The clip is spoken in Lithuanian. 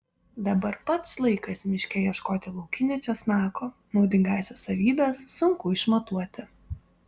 dabar pats laikas miške ieškoti laukinio česnako naudingąsias savybes sunku išmatuoti